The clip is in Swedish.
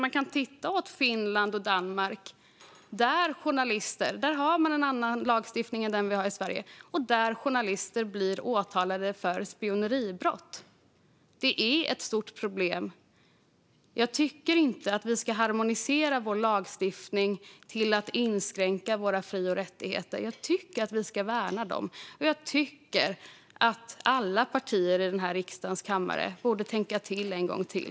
Vi kan titta på Finland och Danmark. Där har man en annan lagstiftning än den vi har i Sverige, och där blir journalister åtalade för spioneribrott. Det är ett stort problem. Jag tycker inte att vi ska harmonisera vår lagstiftning till att inskränka våra fri och rättigheter. Jag tycker att vi ska värna dem. Jag tycker att alla partier i denna riksdags kammare borde tänka till en gång till.